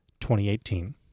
2018